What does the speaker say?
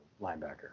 linebacker